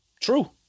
True